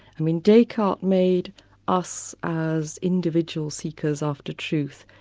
i mean descartes made us as individuals seekers after truth,